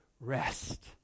rest